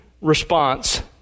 response